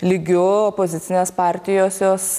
lygiu opozicinės partijos jos